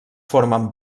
formen